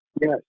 Yes